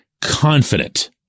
confident